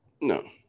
No